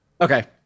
Okay